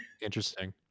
interesting